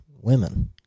women